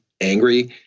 angry